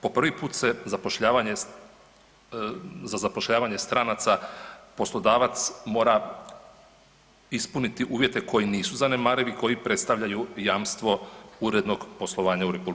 Po prvi put se zapošljavanje, za zapošljavanje stranaca poslodavac mora ispuniti uvjete koji nisu zanemarivi, koji predstavljaju jamstvo urednog poslovanja u RH.